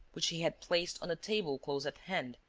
which he had placed on a table close at hand,